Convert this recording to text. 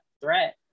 threat